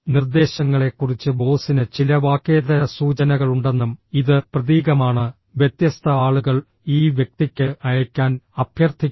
നിർദ്ദേശങ്ങളെക്കുറിച്ച് ബോസിന് ചില വാക്കേതര സൂചനകളുണ്ടെന്നും ഇത് പ്രതീകമാണ് വ്യത്യസ്ത ആളുകൾ ഈ വ്യക്തിക്ക് അയയ്ക്കാൻ അഭ്യർത്ഥിക്കുന്നു